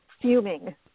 fuming